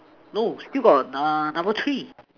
no still got err number three